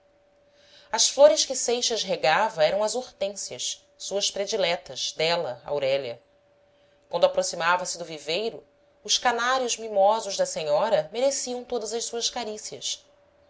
as flores que seixas regava eram as hortênsias suas prediletas dela aurélia quando aproximavase do viveiro os canários mimosos da senhora mereciam todas as suas carícias